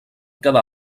quedar